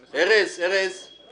המנכ"ל של המשרד או מי מטעמו?